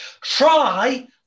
try